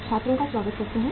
छात्रों का स्वागत करते हैं